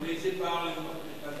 אבל באיזה פער לעומת מרכז הארץ?